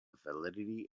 validity